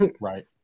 Right